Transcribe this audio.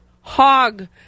hog